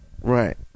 right